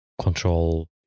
control